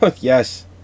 Yes